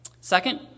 Second